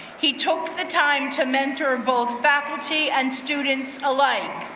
he took the time to mentor both faculty and students alike.